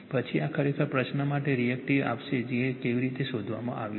પછી આ ખરેખર પ્રશ્ન માટે રિએક્ટિવ આપશે તે કેવી રીતે શોધવાનું રહેશે